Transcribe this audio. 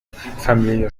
familie